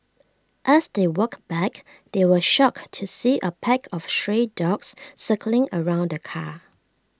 as they walked back they were shocked to see A pack of stray dogs circling around the car